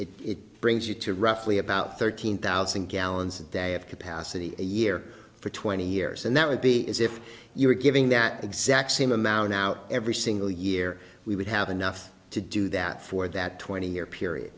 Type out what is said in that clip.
and it brings you to roughly about thirteen thousand gallons a day of capacity a year for twenty years and that would be is if you were giving that exact same amount out every single year we would have enough to do that for that twenty year period